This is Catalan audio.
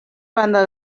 banda